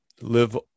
live